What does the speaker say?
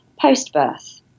post-birth